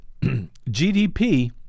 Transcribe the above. GDP